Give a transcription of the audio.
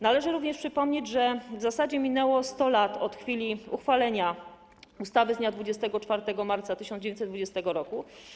Należy również przypomnieć, że w zasadzie minęło 100 lat od chwili uchwalenia ustawy z dnia 24 marca 1920 r.